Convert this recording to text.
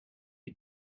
you